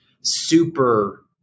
super